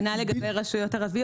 כנ"ל לגבי רשויות ערביות.